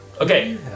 Okay